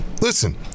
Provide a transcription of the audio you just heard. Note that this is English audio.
listen –